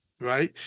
right